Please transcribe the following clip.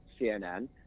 CNN